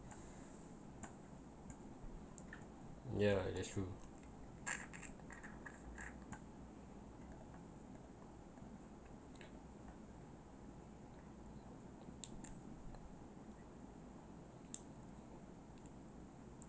yeah that's true